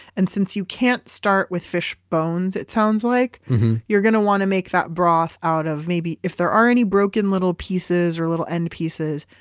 and since you can't start with fish bones it sounds like you're going to want to make that broth out of maybe if there are any broken little pieces or little end pieces.